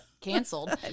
canceled